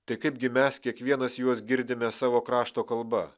tai kaipgi mes kiekvienas juos girdime savo krašto kalba